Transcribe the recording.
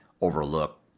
overlook